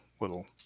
little